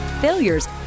failures